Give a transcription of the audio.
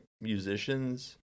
musicians